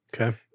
Okay